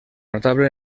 notable